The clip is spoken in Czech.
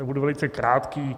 Budu velice krátký.